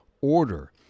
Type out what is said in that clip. order